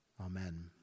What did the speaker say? Amen